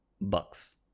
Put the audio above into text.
Bucks